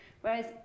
Whereas